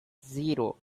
zero